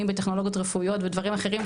בטכנולוגיות רפואיות ובדברים אחרים,